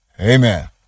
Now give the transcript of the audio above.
Amen